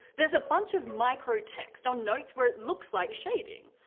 there's a bunch of microtext on notes where it looks like shading.